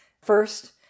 first